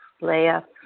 Leah